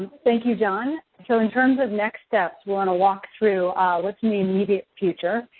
thank you, john. so, in terms of next steps, we're going to walk through what's in the immediate future,